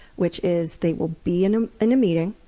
which is, they will be in a and meeting,